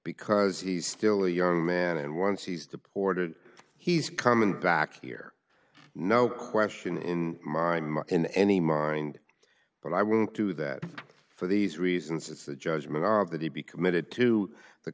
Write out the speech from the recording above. because he's still a young man and once he's deported he's coming back here no question in my in any mind but i will do that for these reasons it's a judgment that he be committed to the